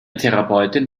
therapeutin